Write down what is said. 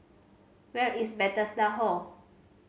where is Bethesda Hall